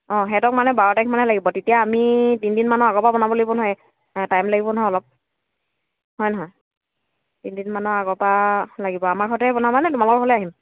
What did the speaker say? অঁ সিহঁতক মানে বাৰ তাৰিখমানে লাগিব এতিয়া আমি তিনি দিনমানৰ আগৰপৰা বনাব লাগিব নহয় টাইম লাগিব নহয় অলপ হয় নহয় তিনি দিনমানৰ আগৰপৰা লাগিব আমাৰ ঘৰতে বনাবা নে তোমালোকৰ ঘৰলৈ আহিম